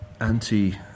anti